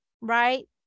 right